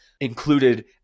included